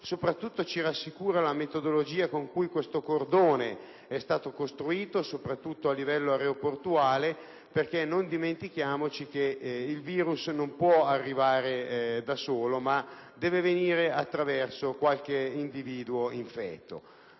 soprattutto ci rassicura la metodologia con cui il cordone è stato costruito, soprattutto a livello aeroportuale. Infatti, il virus non può arrivare da solo, ma deve venire attraverso qualche individuo infetto.